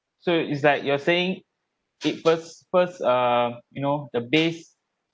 so is like you're saying it first first err you know the base